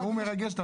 מרגש.